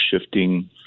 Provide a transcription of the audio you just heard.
shifting